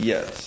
Yes